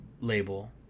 label